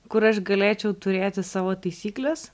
kur aš galėčiau turėti savo taisykles